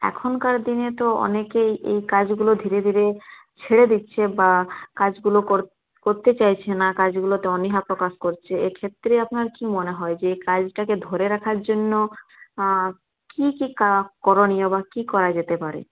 এখনকার দিনে তো অনেকেই এই কাজগুলো ধীরে ধীরে ছেড়ে দিচ্ছে বা কাজগুলো কর করতে চাইছে না কাজগুলোতে অনীহা প্রকাশ করছে এ ক্ষেত্রে আপনার কী মনে হয় যে এই কাজটাকে ধরে রাখার জন্য কী কী কা করণীয় বা কী করা যেতে পারে